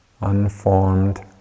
Unformed